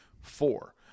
four